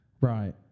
Right